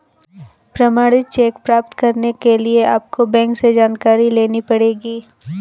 प्रमाणित चेक प्राप्त करने के लिए आपको बैंक से जानकारी लेनी पढ़ेगी